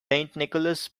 nicholas